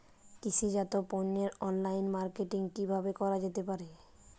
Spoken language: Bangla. কৃষিজাত পণ্যের অনলাইন মার্কেটিং কিভাবে করা যেতে পারে?